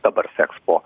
dabar seks po